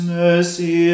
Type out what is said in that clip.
mercy